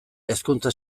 hezkuntza